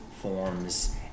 forms